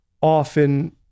often